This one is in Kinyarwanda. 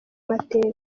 mateka